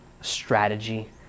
strategy